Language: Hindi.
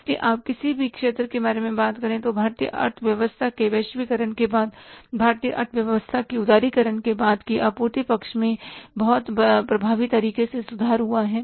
इसलिए आप किसी भी क्षेत्र की बात करें तो भारतीय अर्थव्यवस्था के वैश्वीकरण के बाद भारतीय अर्थव्यवस्था के उदारीकरण के बाद की आपूर्ति पक्ष में बहुत प्रभावी तरीके से सुधार हुआ है